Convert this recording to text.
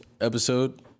episode